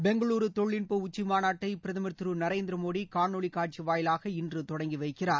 பெங்களுரு தொழில்நுட்ப உச்சிமாநாட்டைபிரதமர் திரு நரேந்திரமோடிகாணொளி காட்சி வாயிலாக இன்று தொடங்கி வைக்கிறார்